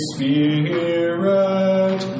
Spirit